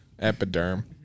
epiderm